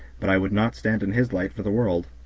but i would not stand in his light for the world.